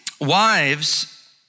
wives